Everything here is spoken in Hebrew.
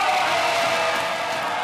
לא,